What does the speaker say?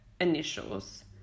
initials